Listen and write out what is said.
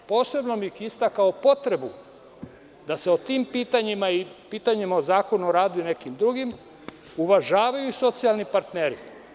Posebno bih istakao potrebu da se o tim pitanjima i pitanjima o Zakonu o radu i nekim drugim uvažavaju socijalni partneri.